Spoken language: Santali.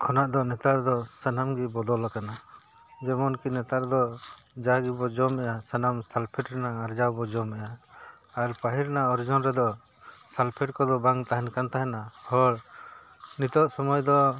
ᱠᱷᱚᱱᱟᱜ ᱫᱚ ᱱᱮᱛᱟᱨ ᱫᱚ ᱥᱟᱱᱟᱢ ᱜᱮ ᱵᱚᱫᱚᱞ ᱟᱠᱟᱱᱟ ᱡᱮᱢᱚᱱ ᱠᱤ ᱱᱮᱛᱟᱨ ᱫᱚ ᱡᱟᱜᱮ ᱵᱚ ᱡᱚᱢᱮᱜᱼᱟ ᱥᱟᱱᱟᱢ ᱥᱟᱞᱯᱷᱮᱴ ᱨᱮᱱᱟᱜ ᱟᱨᱡᱟᱣ ᱵᱚ ᱡᱚᱢᱮᱜᱼᱟ ᱟᱨ ᱯᱟᱹᱦᱤᱞ ᱨᱮᱱᱟᱜ ᱚᱨᱡᱚᱱ ᱨᱮᱫᱚ ᱥᱟᱞᱯᱷᱮᱴ ᱠᱚᱫᱚ ᱵᱟᱝ ᱛᱟᱦᱮᱱ ᱠᱟᱱ ᱛᱟᱦᱮᱱᱟ ᱦᱚᱲ ᱱᱤᱛᱚᱜ ᱥᱳᱢᱚᱭ ᱫᱚ